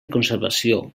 conservació